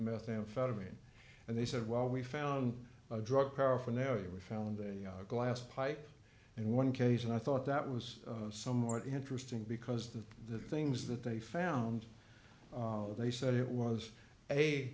methamphetamine and they said well we found a drug paraphernalia we found a glass pipe in one case and i thought that was somewhat interesting because the the things that they found they said it was a